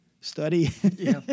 study